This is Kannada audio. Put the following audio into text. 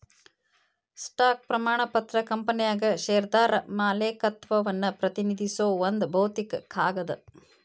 ಸ್ಟಾಕ್ ಪ್ರಮಾಣ ಪತ್ರ ಕಂಪನ್ಯಾಗ ಷೇರ್ದಾರ ಮಾಲೇಕತ್ವವನ್ನ ಪ್ರತಿನಿಧಿಸೋ ಒಂದ್ ಭೌತಿಕ ಕಾಗದ